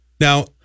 Now